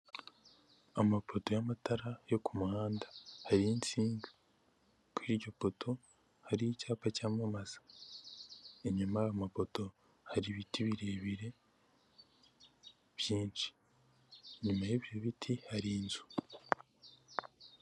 Amapoto y'amatara yo ku muhanda hari insinga kuri iryo poto hari icyapa cyamamaza, inyuma y'amapoto hari ibiti birebire byinshi, inyuma y'ibyo biti hari inzu.